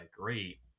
great